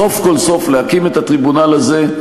סוף כל סוף להקים את הטריבונל הזה.